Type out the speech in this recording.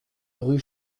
rue